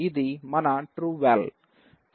ఇది మన trueVal